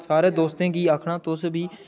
सारे दोस्तें गी आखना तुस बी